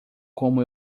como